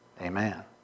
Amen